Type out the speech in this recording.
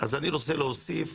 אני רוצה להוסיף.